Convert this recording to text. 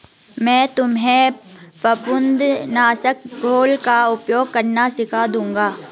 मैं तुम्हें फफूंद नाशक घोल का उपयोग करना सिखा दूंगा